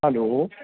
hello